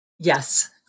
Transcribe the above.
Yes